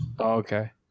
okay